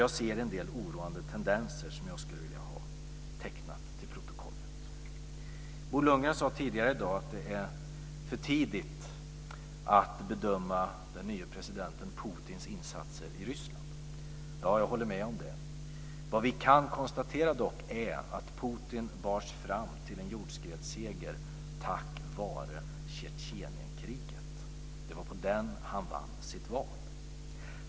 Jag ser en del oroande tendenser som jag skulle vilja se antecknade till protokollet. Bo Lundgren sade tidigare i dag att det är för tidigt att bedöma den nye presidenten Putins insatser i Ryssland. Jag håller med om det. Vad vi kan konstatera är dock att Putin bars fram till en jordskredsseger tack vare Tjetjenienkriget. Det var på det han vann sitt val.